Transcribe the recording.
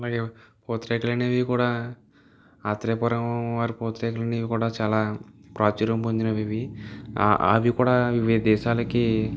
మరియు పూతరేకులు అనేవి కూడా ఆత్రేయపురం వారి పూతరేకులు అనేవి కూడా చాలా ప్రాచుర్యం పొందినవి ఇవి అవి కూడా వివిధ దేశాలకి